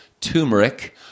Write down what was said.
turmeric